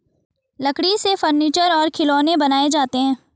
लकड़ी से फर्नीचर और खिलौनें बनाये जाते हैं